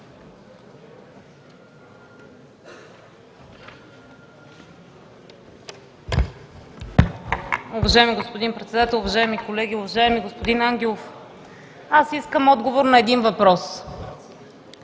Уважаеми господин Председател, уважаеми колеги! Уважаеми господин Ангелов, аз искам отговор на един въпрос: